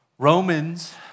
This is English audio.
Romans